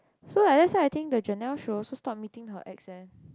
so that's why I think the Jenelle should stop meeting her ex eh